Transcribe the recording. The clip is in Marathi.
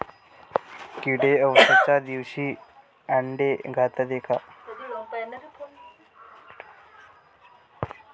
किडे अवसच्या दिवशी आंडे घालते का?